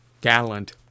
gallant